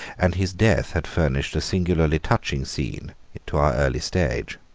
and his death had furnished a singularly touching scene to our early stage.